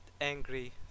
angry